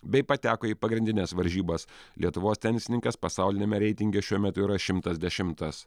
bei pateko į pagrindines varžybas lietuvos tenisininkas pasauliniame reitinge šiuo metu yra šimtas dešimtas